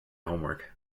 homework